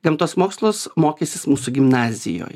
gamtos mokslus mokysis mūsų gimnazijoj